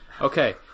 Okay